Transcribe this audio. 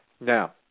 Now